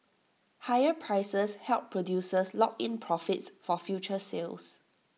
higher prices help producers lock in profits for future sales